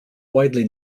widely